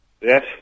Yes